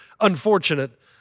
unfortunate